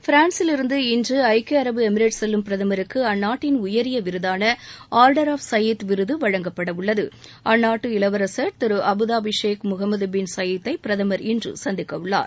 பிரான்சிலிருந்து இன்று ஐக்கிய அரபு எமிரேட் செல்லும் பிரதமருக்கு அந்நாட்டின் உயரிய விருதான ஆர்டர் ஆஃப் சயீத் விருது வழங்கப்படவுள்ளது அந்நாட்டு இளவரசர் Abu Dhabi Sheikh Mohammed bin Zayed தை பிரதமர் இன்று சந்திக்கவுள்ளார்